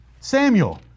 Samuel